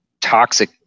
toxic